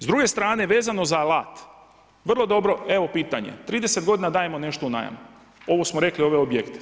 S druge strane vezno za alat, vrlo dobro, evo pitanje, 30 g. dajemo nešto u najam, ovo smo rekli, ovi objekti.